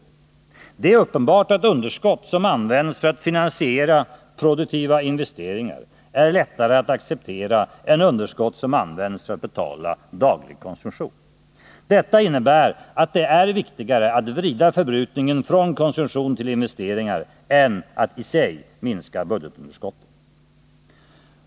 Det är uppenbart att underskott som används för att finansiera produktiva investeringar är lättare att acceptera än underskott som används för att betala dagligkonsumtion. Detta innebär att det är viktigare att vrida förbrukningen från konsumtion till investeringar än att i sig minska budgetunderskottet.